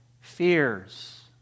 fears